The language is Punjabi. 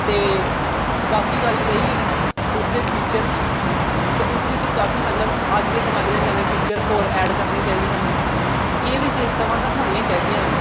ਅਤੇ ਬਾਕੀ ਗੱਲ ਰਹੀ ਉਸਦੇ ਫੀਚਰ ਦੀ ਤਾਂ ਉਸ ਵਿੱਚ ਕਾਫੀ ਮਤਲਬ ਅੱਜ ਦੇ ਜ਼ਮਾਨੇ ਦੇ ਨਵੇਂ ਫੀਚਰ ਹੋਰ ਐਡ ਕਰਨੇ ਚਾਹੀਦੇ ਹਨ ਇਹ ਵਿਸ਼ੇਸ਼ਤਾਵਾਂ ਤਾਂ ਹੋਣੀਆਂ ਹੀ ਚਾਹੀਦੀਆਂ ਹਨ